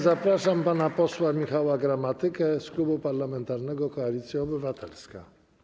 Zapraszam pana posła Michała Gramatykę z Klubu Parlamentarnego Koalicja Obywatelska.